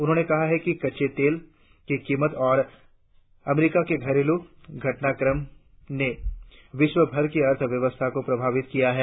उन्होंने कहा कि कच्चे तेल की कीमत और अमरीका के घरेलू घटनाक्रम ने विश्वभर की अर्थव्यवस्थाओं को प्रभावित किया है